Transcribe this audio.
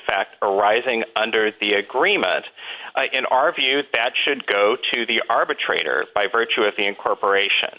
fact arising under the agreement in our view that bad should go to the arbitrator by virtue of the incorporation